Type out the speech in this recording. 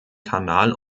kanal